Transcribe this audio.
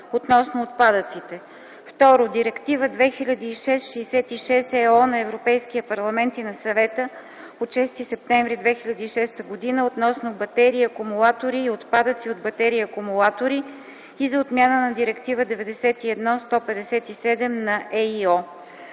относно отпадъците. 2. Директива 2006/66/ ЕО на Европейския парламент и на Съвета от 6 септември 2006 г. относно батерии и акумулатори и отпадъци от батерии и акумулатори, и за отмяна на Директива 91/157/ЕИО.